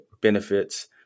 benefits